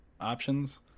options